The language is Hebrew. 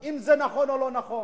אם זה נכון או לא נכון.